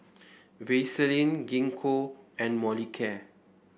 Vaselin Gingko and Molicare